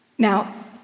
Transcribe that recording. Now